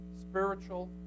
spiritual